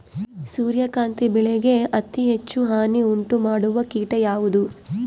ಸೂರ್ಯಕಾಂತಿ ಬೆಳೆಗೆ ಅತೇ ಹೆಚ್ಚು ಹಾನಿ ಉಂಟು ಮಾಡುವ ಕೇಟ ಯಾವುದು?